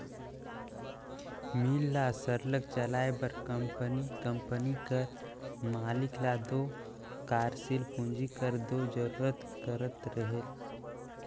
मील ल सरलग चलाए बर कंपनी कंपनी कर मालिक ल दो कारसील पूंजी कर दो जरूरत परते रहेल